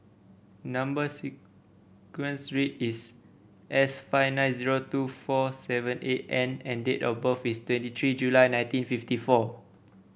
number sequence is S five nine zero two four seven eight N and date of birth is twenty three July nineteen fifty four